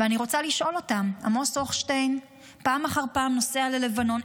ואני רוצה לשאול אותם: עמוס הוכשטיין פעם אחר פעם נסע ללבנון.